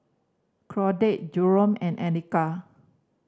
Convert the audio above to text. Claudette Jerome and Annika